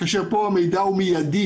כאשר פה המידע הוא מיידי.